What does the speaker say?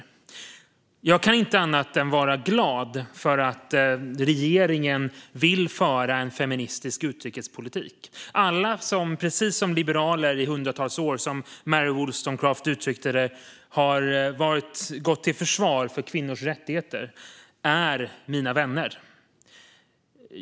Jag kan inte annat vara annat än glad för att regeringen vill föra en feministisk utrikespolitik. Alla som precis som liberaler har gjort i hundratals år och, som Mary Wollstonecraft uttryckte det, går till försvar för kvinnors rättigheter är mina vänner.